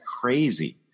crazy